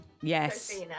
Yes